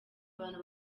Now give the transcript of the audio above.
abantu